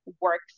works